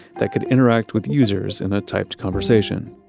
that could interact with users in a typed conversation.